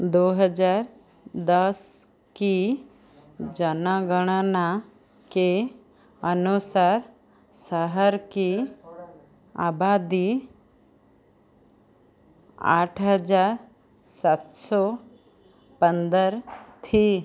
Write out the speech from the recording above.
दो हज़ार दस की जनागणना के अनुसार शहर की आबादी आठ हज़ार सात सौ पंद्रह थी